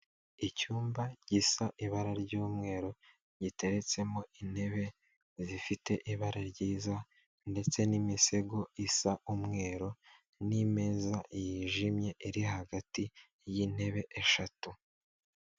Icyumba gisa ibara ry'umweru giteretsemo intebe, zifite ibara ryiza ndetse n'imisego isa umweru n'imeza yijimye iri hagati y'intebe eshatu.